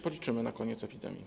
Policzymy to na koniec epidemii.